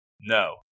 No